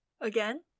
Again